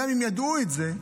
גם אם ידעו את זה,